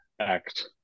act